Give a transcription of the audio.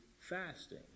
fasting